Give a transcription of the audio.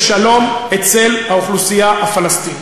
אין היבט של שלום אצל האוכלוסייה הפלסטינית,